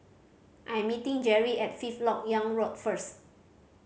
I'm meeting Jerrie at Fifth Lok Yang Road first